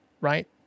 right